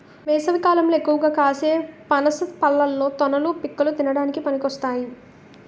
వేసవికాలంలో ఎక్కువగా కాసే పనస పళ్ళలో తొనలు, పిక్కలు తినడానికి పనికొస్తాయి